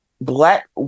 black